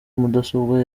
mudasobwa